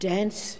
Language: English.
Dance